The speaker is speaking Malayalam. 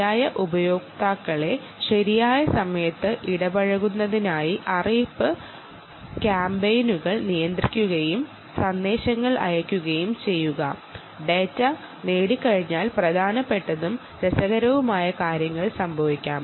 ശരിയായ ഉപയോക്താക്കളെ ശരിയായ സമയത്ത് ഇടപഴകുന്നതിനായി കാമ്പെയ്നുകൾ നിയന്ത്രിക്കുകയും സന്ദേശങ്ങൾ അയയ്ക്കുകയും ചെയ്യുക ഡാറ്റ നേടികഴിഞ്ഞാൽ പ്രധാനപ്പെട്ടതും രസകരവുമായ കാര്യങ്ങൾ സംഭവിക്കാം